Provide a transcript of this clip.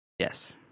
Yes